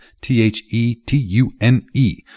t-h-e-t-u-n-e